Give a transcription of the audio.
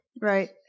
Right